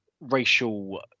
racial